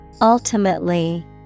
Ultimately